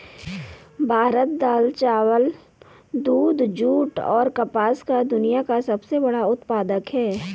भारत दाल, चावल, दूध, जूट, और कपास का दुनिया का सबसे बड़ा उत्पादक है